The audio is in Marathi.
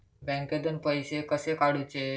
बँकेतून पैसे कसे काढूचे?